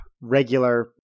regular